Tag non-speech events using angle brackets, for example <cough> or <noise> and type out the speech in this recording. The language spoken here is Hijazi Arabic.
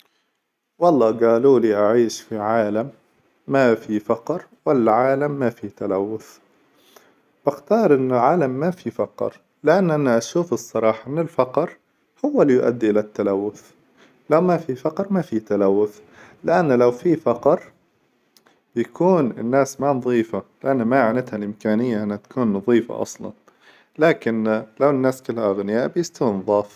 والله جالوا لي أعيش في عالم ما في فقر، ولا عالم ما في تلوث؟ باختار إنه عالم ما في فقر، لأن أنا نشوف الصراحة إن الفقر هو إللي يؤدي إلى لتلوث، لا ما في فقر ما في تلوث لأن لو في فقر <hesitation> يكون الناس ما نظيفة لأن ماعندها الإمكانية إن تكون نظيفة أصلا، لكن لو الناس كلها أغنياء بيستووا نظاف.